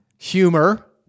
humor